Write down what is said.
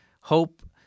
hope